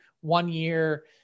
one-year